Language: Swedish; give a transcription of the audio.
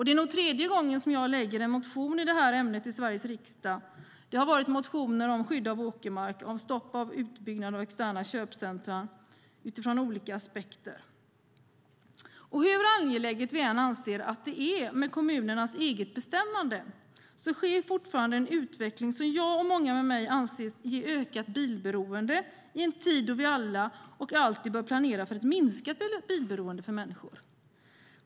Det är nog tredje gången som jag väcker en motion i ämnet i Sveriges riksdag. Jag har skrivit motioner om skydd av åkermark och om stopp av utbyggnad av externa köpcentrum utifrån olika aspekter. Hur angeläget vi än anser att kommunernas eget bestämmande är sker fortfarande en utveckling som jag och många med mig anser ger ökat bilberoende i en tid då vi alla alltid bör planera för ett minskat bilberoende för människor.